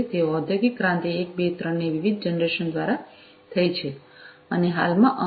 તેથી ઔદ્યોગિક ક્રાંતિ 1 2 3 ની વિવિધ જનરેશન દ્વારા થઈ છે અને હાલમાં અમે 4